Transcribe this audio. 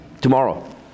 tomorrow